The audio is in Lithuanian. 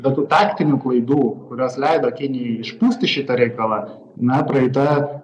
be tų taktinių klaidų kurios leido kinijai išpūsti šitą reikalą na praeita